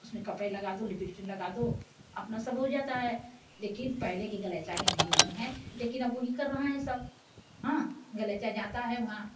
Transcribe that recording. उसमें कपड़े लगा दो लगा दो अपना सब हो जाता है लेकिन पहले का गलीचा के नहीं नहीं है लेकिन अब वही कर रहे हैं सब हाँ गलीचा जाता है वहाँ